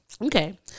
Okay